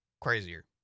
crazier